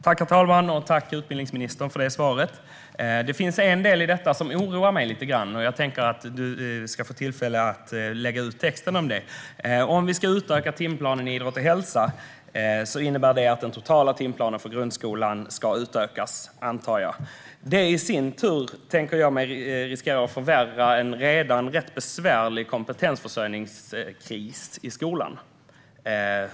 Herr talman! Tack, utbildningsministern, för svaret! Det finns en del i detta som oroar mig lite grann, och jag tänkte att ministern ska få tillfälle att lägga ut texten om detta. Om vi ska utöka timplanen i idrott och hälsa antar jag att det innebär att den totala timplanen för grundskolan ska utökas. Jag tänker mig att det i sin tur riskerar att förvärra en redan rätt besvärlig kompetensförsörjningskris i skolan.